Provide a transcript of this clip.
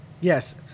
Yes